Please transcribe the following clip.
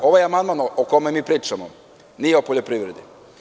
Ovaj amandman o kome mi pričamo nije o poljoprivredi.